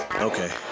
okay